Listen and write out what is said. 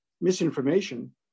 misinformation